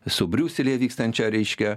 su briuselyje vykstančia reiškia